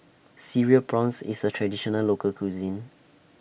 Cereal Prawns IS A Traditional Local Cuisine